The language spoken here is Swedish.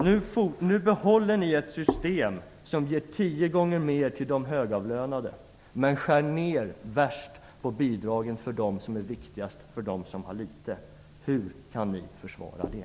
Nu behåller ni ett system som ger tio gånger mer till de högavlönade men skär ner värst på bidragen som är viktigast för dem som har litet. Hur kan ni försvara det?